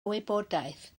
wybodaeth